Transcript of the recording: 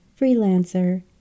freelancer